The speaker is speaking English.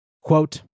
Quote